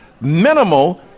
minimal